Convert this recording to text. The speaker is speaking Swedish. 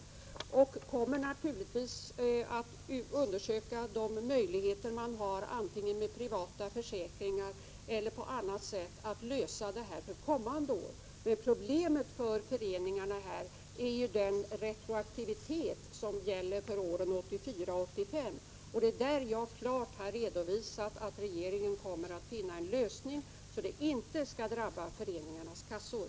Förbundet kommer naturligtvis att undersöka de möjligheter man har att för kommande år lösa problemet, antingen med privata försäkringar eller också på annat sätt. Bekymret för föreningarna är den retroaktivitet som gäller för åren 1984 och 1985. Det är på denna punkt som jag klart har redovisat att regeringen kommer att finna en lösning, så att avgifterna inte skall drabba föreningarnas kassor.